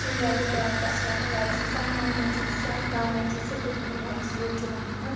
سُے حظ اوس بَناوان تتھ چھِ لگان واریاہ سِن سانہِ محلہٕ منٛز چھُنہٕ سُہ سانہِ گامہٕ منٛز چھُنہٕ سُہ کِہیٖنۍ بَنان أسی یوت چھِ بناوان